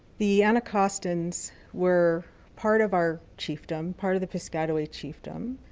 the anacostians where part of our chiefdom, part of the piscataway chiefdom,